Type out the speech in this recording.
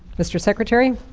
mr. secretary?